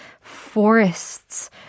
forests